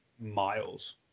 miles